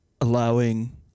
allowing